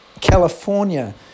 California